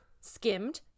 skimmed